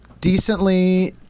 decently